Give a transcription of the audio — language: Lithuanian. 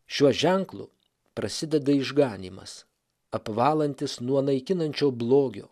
šiuo ženklu prasideda išganymas apvalantis nuo naikinančio blogio